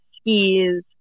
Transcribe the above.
skis